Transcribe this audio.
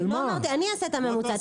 אני אעשה את הממוצע,